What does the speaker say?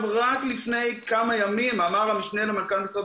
רק לפני כמה ימים אמר המשנה למנכ"ל משרד